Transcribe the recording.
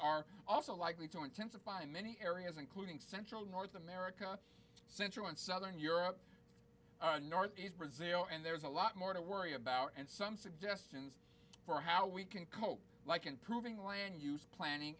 are also likely to intensify in many areas including central north america central and southern europe and northeast brazil and there's a lot more to worry about and some suggestions for how we can cope like improving land use planning